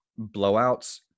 blowouts